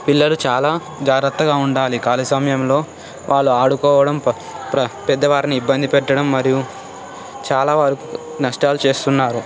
పిల్లలు చాలా జాగ్రత్తగా ఉండాలి ఖాళీ సమయంలో వాళ్ళు ఆడుకోవడం ప్ర ప్ర పెద్దవారిని ఇబ్బంది పెట్టడం మరియు చాలా వరకు నష్టాలు చేస్తున్నారు